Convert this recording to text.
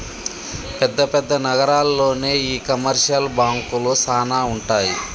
పెద్ద పెద్ద నగరాల్లోనే ఈ కమర్షియల్ బాంకులు సానా ఉంటాయి